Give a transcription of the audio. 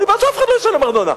אני בעד שאף אחד לא ישלם ארנונה,